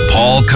Paul